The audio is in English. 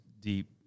deep